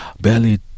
barely